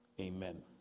Amen